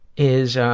is